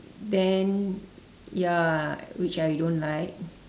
then ya which I don't like